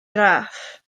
graff